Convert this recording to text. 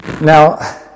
now